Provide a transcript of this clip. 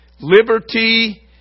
liberty